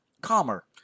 Calmer